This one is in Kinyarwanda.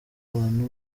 abantu